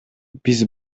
биз